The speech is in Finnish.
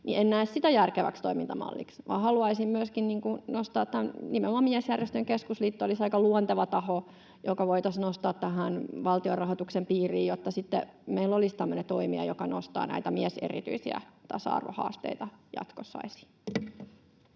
en näe sitä järkeväksi toimintamalliksi, vaan haluaisin nostaa myöskin tämän, ja nimenomaan Miesjärjestöjen keskusliitto olisi aika luonteva taho, joka voitaisiin nostaa valtionrahoituksen piiriin, jotta sitten meillä olisi tämmöinen toimija, joka nostaa näitä mieserityisiä tasa-arvohaasteita jatkossa esiin.